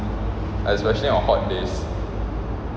especially on hot days